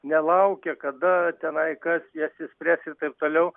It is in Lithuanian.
nelaukia kada tenai kas jas išspręs ir taip toliau